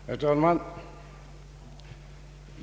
Herr talman!